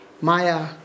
maya